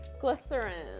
Glycerin